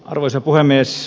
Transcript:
arvoisa puhemies